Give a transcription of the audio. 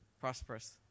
prosperous